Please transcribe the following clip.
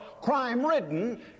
crime-ridden